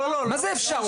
מה זה אפשר?